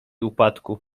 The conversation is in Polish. upadku